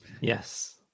Yes